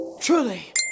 truly